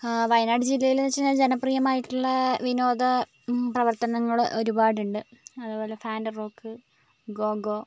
വയനാട് ജില്ലയിലെന്ന് വെച്ചാൽ ജനപ്രിയമായിട്ടുള്ള വിനോദ പ്രവർത്തനങ്ങൾ ഒരുപാടുണ്ട് അതുപോലെ ഫാൻ്റം റോക്ക് ഗോംഗോ